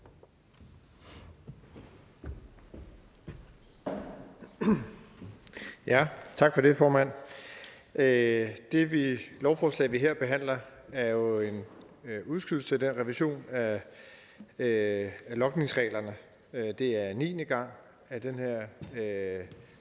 Tak for det, formand. Det lovforslag, vi her behandler, handler jo om en udskydelse af revision af logningsreglerne, og det er niende gang, at den her